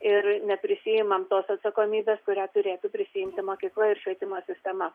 ir neprisiimam tos atsakomybės kurią turėtų prisiimti mokykla ir švietimo sistema